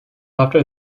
after